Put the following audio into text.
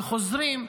וחוזרים,